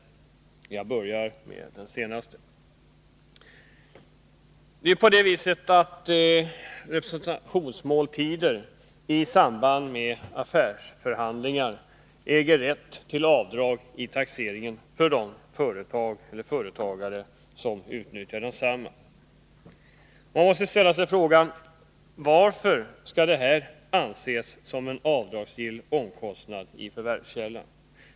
Jag börjar med den sistnämnda. För kostnader i samband med representationsmåltider vid affärsförhandlingar äger företag eller företagare rätt att göra avdrag vid taxeringen. Man måste ställa sig frågan: Varför skall detta anses som en avdragsgill kostnad i förvärvskällan?